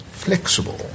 Flexible